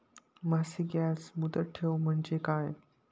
मासिक याज मुदत ठेव म्हणजे काय?